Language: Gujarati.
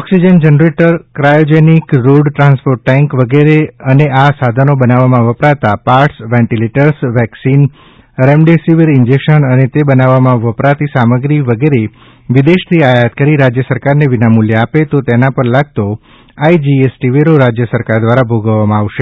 oxygen generator cryogenic road transport tank વગેરે અને આ સાધનો બનાવવામાં વપરાતા parts ventilators vaccine remdesivir injection અને તે બનાવવામાં વપરાતી સામગ્રી વગેરે વિદેશથી આયાત કરીને રાજ્ય સરકારને વિનામૂલ્યે આપે તો તેના પર લાગતો આઇજીએસટી વેરો રાજ્ય સરકાર દ્વારા ભોગવવામાં આવશે